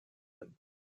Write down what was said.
them